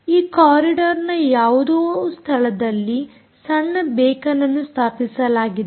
ಆ ಕಾರಿಡಾರ್ನ ಯಾವುದೋ ಸ್ಥಳದಲ್ಲಿ ಸಣ್ಣ ಬೇಕನ್ ಅನ್ನು ಸ್ಥಾಪಿಸಲಾಗಿದೆ